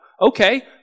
Okay